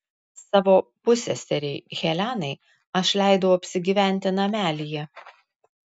savo pusseserei helenai aš leidau apsigyventi namelyje